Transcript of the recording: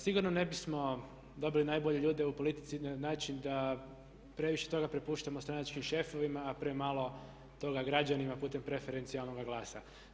Sigurno ne bismo dobili najbolje ljude u politici na način da previše toga prepuštamo stranačkih šefovima a premalo toga građanima putem preferencijalnoga glasa.